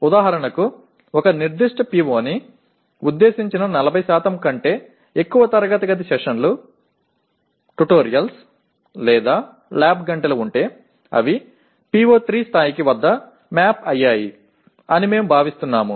ఉదాహరణకు ఒక నిర్దిష్ట PO ని ఉద్దేశించి 40 కంటే ఎక్కువ తరగతి గది సెషన్లు ట్యుటోరియల్స్ లేదా ల్యాబ్ గంటలు ఉంటే అవి PO 3 స్థాయి వద్ద మ్యాప్ అయ్యాయి అని మేము భావిస్తున్నాము